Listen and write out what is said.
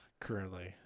currently